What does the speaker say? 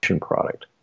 product